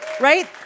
Right